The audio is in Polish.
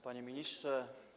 Panie Ministrze!